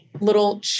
little